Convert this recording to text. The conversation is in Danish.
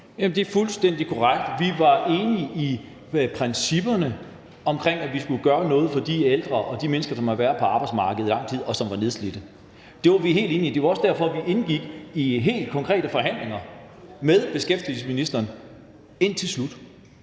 det er fuldstændig korrekt. Vi var enige i principperne omkring, at vi skulle gøre noget for de ældre og de mennesker, som havde været på arbejdsmarkedet i lang tid, og som var nedslidte. Det var vi helt enige i. Det var også derfor, vi indgik i helt konkrete forhandlinger med beskæftigelsesministeren indtil slut.